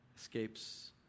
escapes